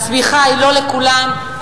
הצמיחה היא לא לכולם,